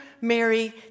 Mary